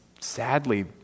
sadly